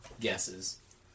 guesses